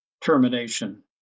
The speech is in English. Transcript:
termination